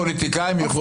אגב,